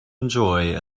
enjoy